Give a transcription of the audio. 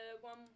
one